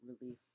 relief